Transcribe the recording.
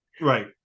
Right